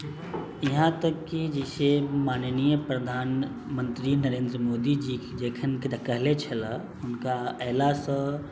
इहा तक कि जे छै से माननीय प्रधानमन्त्री नरेन्द्र मोदी जी जखन कहले छलऽ हुनका ऐलासँ